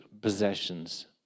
possessions